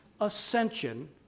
ascension